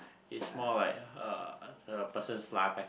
is more like uh the person's life